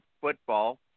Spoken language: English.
Football